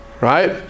right